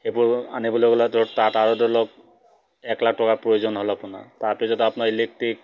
সেইবোৰ আনিবলৈ গ'লে ধৰক তাত আৰু ধৰি লওক এক লাখ টকাৰ প্ৰয়োজন হ'ল আপোনাৰ তাৰপিছত আপোনাৰ ইলেক্ট্ৰিক